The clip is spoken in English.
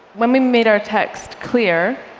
when we made our text clear,